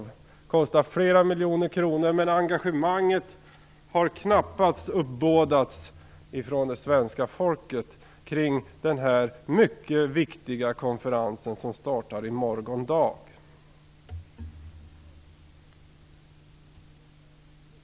Den har kostat flera miljoner kronor, men något engagemang från svenska folket har knappast uppbådats kring den här mycket viktiga konferensen som startar i morgon dag.